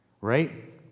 right